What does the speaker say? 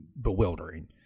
bewildering